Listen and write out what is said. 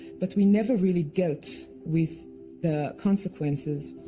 but we never really dealt with the consequences.